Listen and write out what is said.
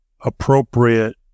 appropriate